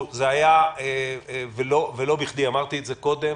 זה היה, ולא בכדִי, אמרתי את זה קודם,